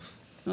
זאת אומרת,